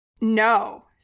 No